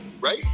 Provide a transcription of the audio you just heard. right